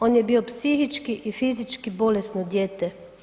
On je bio psihički i fizički bolesno dijete.